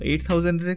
8000